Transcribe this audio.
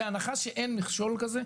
בהנחה שאין מכשול כזה,